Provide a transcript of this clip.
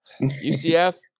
UCF